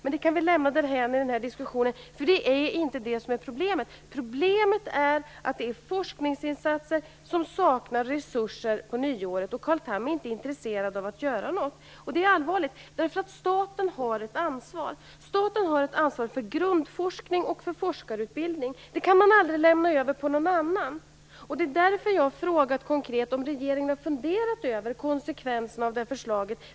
Men det kan vi lämna därhän i denna diskussion. Det är inte detta som är problemet. Problemet är att forskningen saknar resurser efter nyår. Men Carl Tham är inte intresserad av att göra något, och det är allvarligt. Staten har ett ansvar för grundforskning och för forskarutbildning. Det kan aldrig lämnas över på någon annan. Det är därför som jag konkret har frågat om regeringen har funderat över konsekvenserna av förslaget.